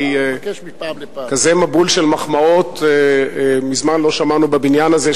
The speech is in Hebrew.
כי כזה מבול של מחמאות מזמן לא שמענו בבניין הזה,